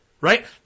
Right